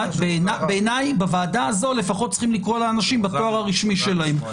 בעיניי בוועדה הזו לפחות צריך לקרוא לאנשים בתואר הרשמי שלהם.